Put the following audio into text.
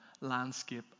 landscape